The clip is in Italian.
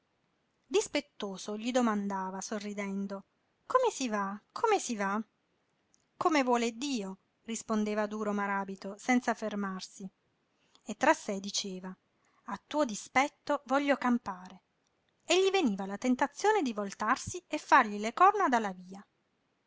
dispettoso gli domandava sorridendo come si va come si va come vuole dio rispondeva duro maràbito senza fermarsi e tra sé diceva a tuo dispetto voglio campare e gli veniva la tentazione di voltarsi e fargli le corna dalla via